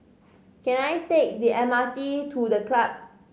can I take the M R T to The Club